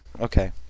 Okay